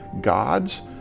gods